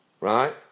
Right